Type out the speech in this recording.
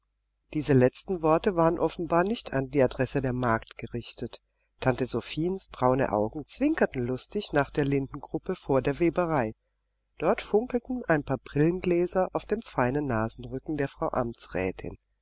diese letzten worte waren offenbar nicht an die adresse der magd gerichtet tante sophiens braune augen zwinkerten lustig nach der lindengruppe vor der weberei dort funkelten ein paar brillengläser auf dem feinen nasenrücken der frau